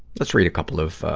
let's read a couple of, ah,